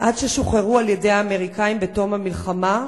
עד ששוחרר על-ידי האמריקנים בתום המלחמה,